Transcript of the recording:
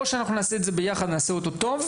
או שאנחנו נעשה את זה ביחד, נעשה אותו טוב,